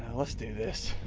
let's do this.